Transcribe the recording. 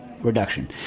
reduction